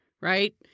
right